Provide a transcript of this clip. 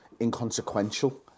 inconsequential